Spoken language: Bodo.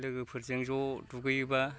लोगोफोरजों ज' दुगैयोबा